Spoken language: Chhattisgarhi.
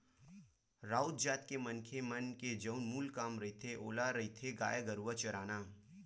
राउत जात के मनखे मन के जउन मूल काम रहिथे ओहा रहिथे गाय गरुवा चराना